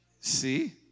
See